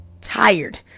tired